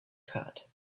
cut